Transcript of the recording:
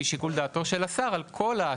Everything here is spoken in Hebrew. בסדר?